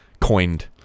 coined